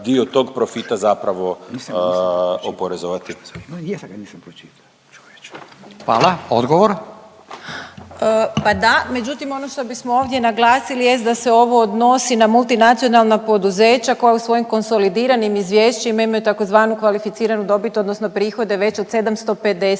Odgovor. **Rogić Lugarić, Tereza** Pa da, međutim ono što bismo ovdje naglasili jest da se ovo odnosi na multinacionalna poduzeća koja u svojim konsolidiranim izvješćima imaju tzv. kvalificiranu dobit odnosno prihode veće od 750